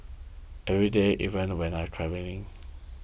every day even when I'm travelling